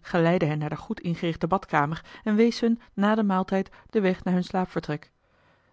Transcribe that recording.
geleidde hen naar de goed ingerichte badkamer en wees hun na den maaltijd den weg naar hun slaapvertrek